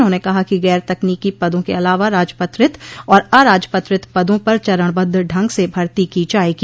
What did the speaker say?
उन्होंने कहा कि गैर तकनीकी पदों के अलावा राजपत्रित और अराजपत्रित पदों पर चरणबद्ध ढंग से भर्ती की जाएगी